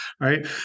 right